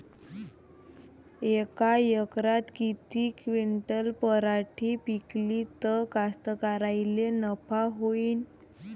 यका एकरात किती क्विंटल पराटी पिकली त कास्तकाराइले नफा होईन?